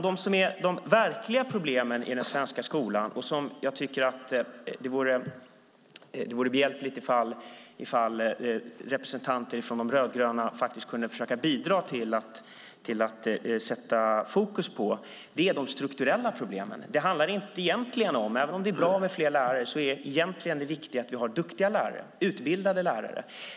De verkliga problemen i den svenska skolan som det vore bra om representanter för de rödgröna bidrog till att sätta fokus på är de strukturella problemen. Även om det är bra med fler lärare är det viktiga egentligen att vi har duktiga lärare, utbildade lärare.